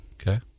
Okay